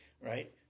right